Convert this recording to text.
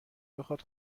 بخاد